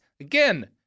Again